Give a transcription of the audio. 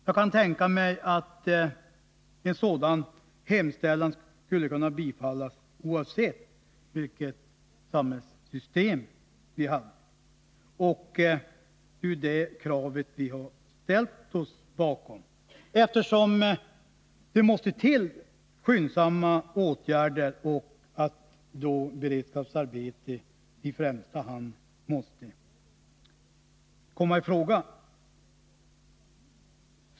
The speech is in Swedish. Jag kan tänka mig att en sådan framställning skulle kunna bifallas oavsett vilket samhällssystem vi har, och det är det kravet vi har ställt oss bakom, eftersom det måste till skyndsamma åtgärder och att då beredskapsarbete i första hand måste komma i fråga.